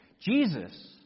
Jesus